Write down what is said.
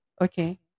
okay